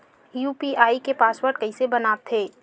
UPI के password कइसे बनाथे?